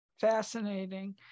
Fascinating